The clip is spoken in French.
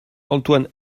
antoine